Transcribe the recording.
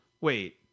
Wait